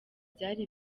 byari